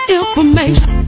information